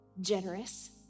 generous